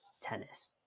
tennis